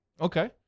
Okay